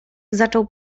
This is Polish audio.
zaczął